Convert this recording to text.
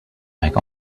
make